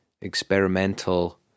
experimental